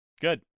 Good